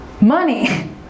Money